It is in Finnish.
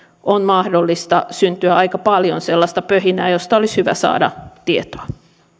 on mahdollista syntyä aika paljon sellaista pöhinää josta olisi hyvä saada tietoa